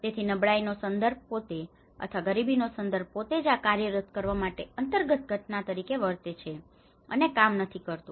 તેથી નબળાઈનો સંદર્ભ પોતે અથવા ગરીબીનો સંદર્ભ પોતે જ આ કાર્યરત કરવા માટે અંતર્ગત ઘટના તરીકે વર્તે છે અને કામ કરતું નથી